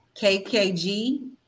KKG